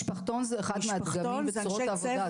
משפחתון זה אחד מהדגמים וצורות העבודה.